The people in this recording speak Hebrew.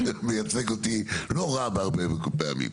שמייצג אותי לא רע הרבה פעמים.